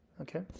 Okay